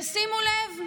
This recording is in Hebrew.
ושימו לב,